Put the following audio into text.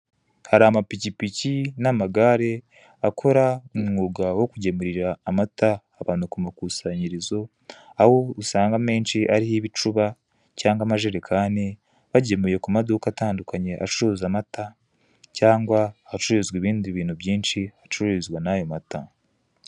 Hari amapikipiki n'amagare akora umwuga wo kugemurira amata abantu ku makusanyirizo, aho usanga amenshi ariho ibicuba cyangwa amajerekani bagemuye ku maduka atandukanye acuruza amata cyangwa ahacururizwa ibindi bintu byinshi hacururizwa nayo mata.